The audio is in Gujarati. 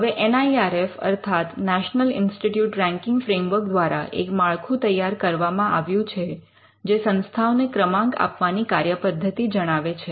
હવે એન આઇ આર એફ અર્થાત નેશનલ ઇન્સ્ટિટયૂટ રૅંકિંગ ફ્રેમવર્ક દ્વારા એક માળખું તૈયાર કરવામાં આવ્યું છે જે સંસ્થાઓને ક્રમાંક આપવાની કાર્યપદ્ધતિ જણાવે છે